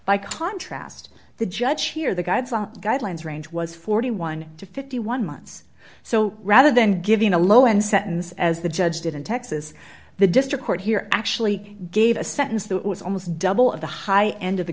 by contrast the judge here the guides guidelines range was forty one to fifty one months so rather than giving a low end sentence as the judge did in texas the district court here actually gave a sentence that was almost double of the high end of the